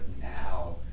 now